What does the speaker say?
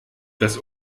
das